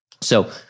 So-